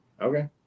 Okay